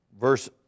verse